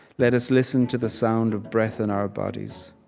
let us listen to the sound of breath in our bodies.